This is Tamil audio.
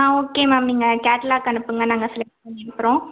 ஆ ஓகே மேம் நீங்கள் கேட்லாக் அனுப்புங்கள் நாங்கள் செலக்ட் பண்ணி அனுப்புகிறோம்